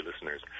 listeners